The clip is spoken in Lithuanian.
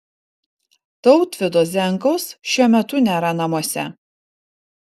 tautvydo zenkaus šiuo metu nėra namuose